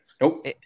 Nope